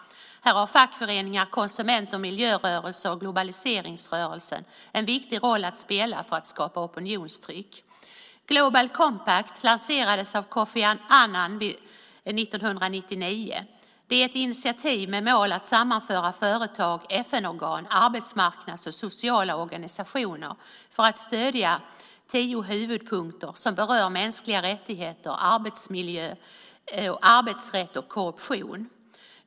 Här har fackföreningar, konsument och miljörörelser och globaliseringsrörelsen en viktig roll att spela för att skapa opinionstryck. Global Compact lanserades av Kofi Annan 1999. Det är ett initiativ med mål att sammanföra företag, FN-organ, arbetsmarknads och sociala organisationer för att stödja tio huvudpunkter som berör mänskliga rättigheter, miljö, arbetsrätt och korruption.